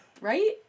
right